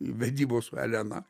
vedybos su elena